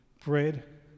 bread